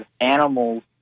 animals